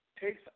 Takes